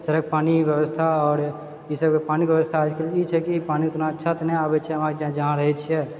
सड़क पानी व्यवस्था आओर ई सब पानि व्यवस्था ई छै कि पानी इतना अच्छासँ नहि आबै छै वहाँ जहाँ रहै छियै